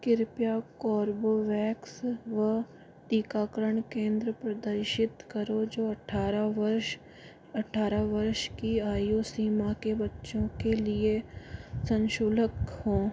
कृपया कोर्बोवेक्स व टीकाकरण केंद्र प्रदर्शित करो जो अट्ठारह वर्ष अट्ठारह वर्ष की आयु सीमा के बच्चों के लिए सशुल्क हों